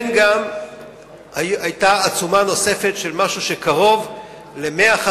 היתה גם עצומה נוספת, של קרוב ל-100,